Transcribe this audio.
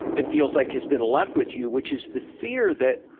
it feels like has been left with you, which is the fear that